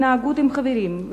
התנהגות עם חברים,